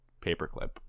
paperclip